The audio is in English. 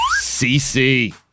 CC